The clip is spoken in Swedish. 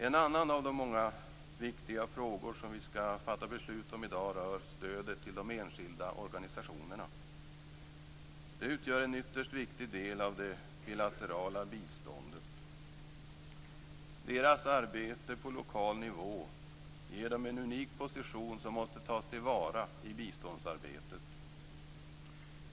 En annan av de många viktiga frågor som vi skall fatta beslut om i dag rör stödet till de enskilda organisationerna. De utgör en ytterst viktig del av det bilaterala biståndet. Deras arbete på lokal nivå ger dem en unik position som måste tas till vara i biståndsarbetet.